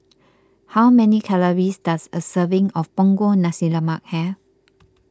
how many calories does a serving of Punggol Nasi Lemak have